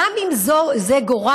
גם אם זה גורל,